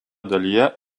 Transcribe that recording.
dalyje